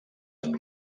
amb